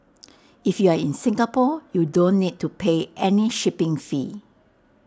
if you are in Singapore you don't need to pay any shipping fee